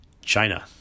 China